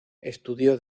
estudió